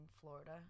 Florida